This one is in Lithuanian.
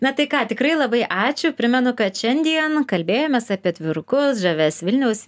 na tai ką tikrai labai ačiū primenu kad šiandien kalbėjomės apie atvirukus žavias vilniaus